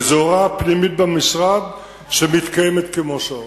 זאת הוראה פנימית במשרד, שמתקיימת כמו שעון.